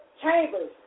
Chambers